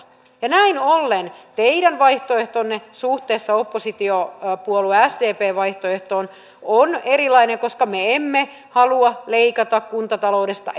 näin ollen teidän vaihtoehtonne suhteessa oppositiopuolue sdpn vaihtoehtoon on erilainen koska me emme halua leikata kuntataloudesta